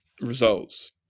results